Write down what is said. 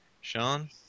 Sean